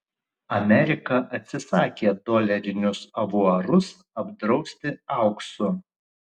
amerika atsisakė dolerinius avuarus apdrausti auksu